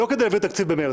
לא כדי להעביר תקציב במרץ,